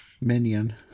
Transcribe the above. minion